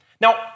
Now